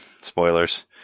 spoilers